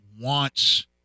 wants